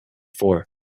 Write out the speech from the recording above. four